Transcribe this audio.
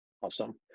Awesome